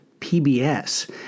PBS